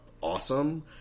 awesome